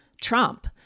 Trump